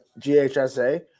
GHSA